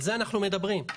על זה אנחנו מדברים.